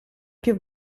più